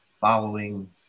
following